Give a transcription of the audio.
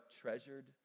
Treasured